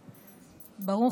ה'